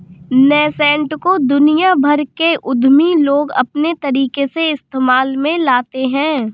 nascent को दुनिया भर के उद्यमी लोग अपने तरीके से इस्तेमाल में लाते हैं